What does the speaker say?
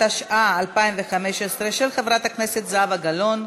התשע"ה 2015, של חברת הכנסת זהבה גלאון.